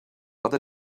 other